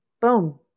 Boom